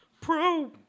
pro-